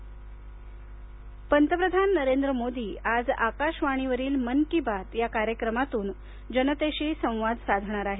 मन की बात पंतप्रधान नरेंद्र मोदी आज आकाशवाणीवरील मन की बात या कार्यक्रमातून जनतेशी संवाद साधणार आहेत